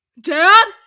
Dad